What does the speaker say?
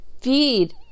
feed